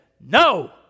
no